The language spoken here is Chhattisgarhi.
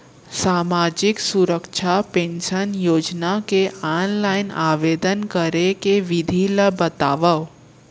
सामाजिक सुरक्षा पेंशन योजना के ऑनलाइन आवेदन करे के विधि ला बतावव